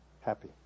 happy